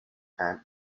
and